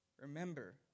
remember